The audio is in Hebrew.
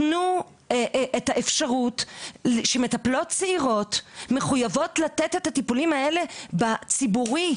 תנו את האפשרות שמטפלות צעירות מחויבות לתת את הטיפולים האלה בציבורי.